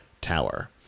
tower